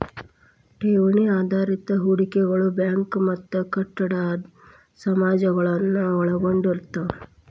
ಠೇವಣಿ ಆಧಾರಿತ ಹೂಡಿಕೆಗಳು ಬ್ಯಾಂಕ್ ಮತ್ತ ಕಟ್ಟಡ ಸಮಾಜಗಳನ್ನ ಒಳಗೊಂಡಿರ್ತವ